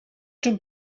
czym